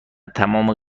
تمام